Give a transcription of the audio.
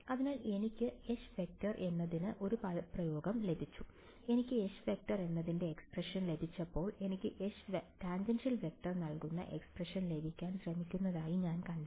അതിനാൽ എനിക്ക് H→ എന്നതിന് ഒരു പദപ്രയോഗം ലഭിച്ചു എനിക്ക് H→ എന്നതിന്റെ എക്സ്പ്രഷൻ ലഭിച്ചപ്പോൾ എനിക്ക് H→tan നൽകുന്ന എക്സ്പ്രഷൻ ലഭിക്കാൻ ശ്രമിക്കുന്നതായി ഞാൻ കണ്ടെത്തി